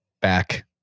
back